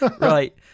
Right